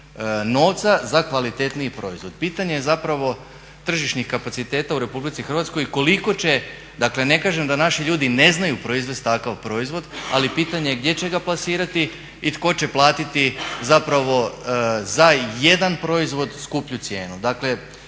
novca za kvalitetniji proizvod. Pitanje je zapravo tržišnih kapaciteta u RH i koliko će, dakle ne kažem da naši ljudi ne znaju proizvest takav proizvod ali pitanje je gdje će ga plasirati i tko će platiti zapravo za jedan proizvod skuplju cijenu. Dakle,